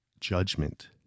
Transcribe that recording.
judgment